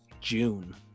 june